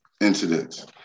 incidents